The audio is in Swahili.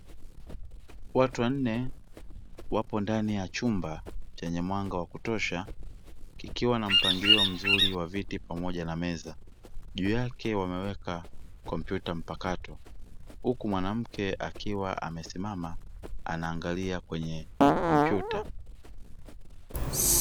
Watu wanne wapo ndani ya chumba chenye mwanga wa kutosha kikiwa na mpangilio mzuri wa viti pamoja na meza juu yake wameweka kompyuta mpakato. huku mwanamke akiwa amesimama anaangalia kwenye kompyuta.